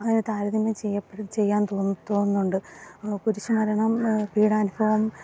അങ്ങനെ താരതമ്യം ചെയ്യപ്പെടും ചെയ്യാൻ തോന്നും തോന്നുന്നുണ്ട് കുരിശ് മരണം പീഡാനുഭവം